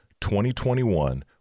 2021